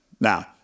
Now